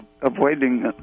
avoiding